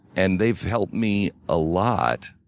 and they've helped me a lot.